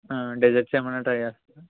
desserts ఏమన్న try చేస్తారా